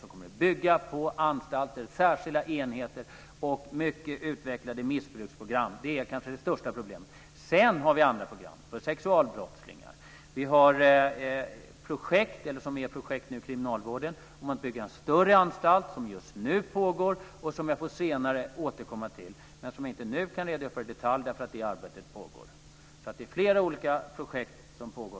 Det kommer att byggas anstalter och särskilda enheter och genomföras mycket utvecklade missbruksprogram. Det är kanske det största problemet. Sedan finns det andra program för sexualbrottslingar. Just nu pågår det ett projekt inom kriminalvården för att bygga en större anstalt. Jag får återkomma till det senare. Jag kan inte redogöra för det arbetet i detalj nu, eftersom det arbetet pågår. Det finns flera olika projekt som pågår.